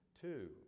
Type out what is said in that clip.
two